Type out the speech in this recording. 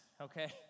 okay